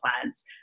plans